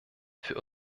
für